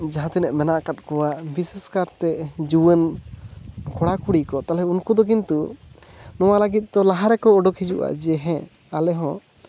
ᱡᱟᱦᱟᱸ ᱛᱤᱱᱟᱹᱜ ᱢᱮᱱᱟᱜ ᱟᱠᱟᱫ ᱠᱚᱣᱟ ᱵᱤᱥᱮᱥ ᱠᱟᱨᱛᱮ ᱡᱩᱣᱟᱹᱱ ᱠᱚᱲᱟᱼᱠᱩᱲᱤ ᱠᱚ ᱛᱟᱦᱞᱮ ᱩᱱᱠᱩ ᱫᱚ ᱠᱤᱱᱛᱩ ᱱᱚᱣᱟ ᱞᱟᱹᱜᱤᱫ ᱫᱚ ᱞᱟᱦᱟ ᱨᱮᱠᱚ ᱦᱤᱡᱩᱜᱼᱟ ᱡᱮ ᱦᱮᱸ ᱟᱞᱮ ᱦᱚᱸ